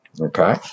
Okay